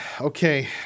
okay